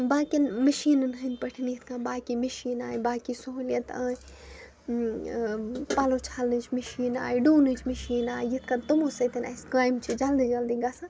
باقِیَن مٔشیٖنَن ہٕنٛدۍ پٲٹھۍ یِتھ کَنۍ باقی مِشیٖن آے باقی سہوٗلیت آے پَلو چھلنٕچ مِشیٖن آے ڈُونٕچ مِشیٖن آے یِتھ کَنۍ تِمو سۭتۍ اَسہِ کامہِ چھِ جلدی جلدی گژھان